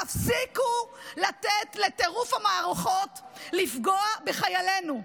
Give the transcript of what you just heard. תפסיקו לתת לטירוף המערכות לפגוע בחיילינו.